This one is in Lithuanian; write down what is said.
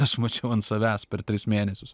aš mačiau ant savęs per tris mėnesius